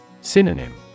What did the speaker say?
Synonym